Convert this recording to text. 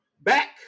back